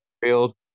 field